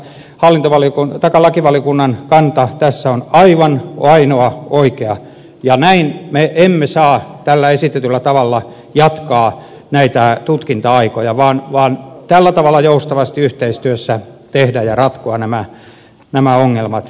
alin oli kun tätä lakivaliokunnan kanta tässä on ainoa oikea ja näin me emme saa tällä esitetyllä tavalla jatkaa näitä tutkinta aikoja vaan tällä tavalla joustavasti yhteistyössä tehdä ja ratkoa nämä ongelmat